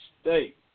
State